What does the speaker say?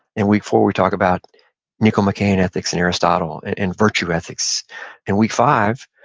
in week four we talk about nicomachean ethics and aristotle and virtue ethics in week five,